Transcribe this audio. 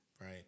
Right